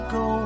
go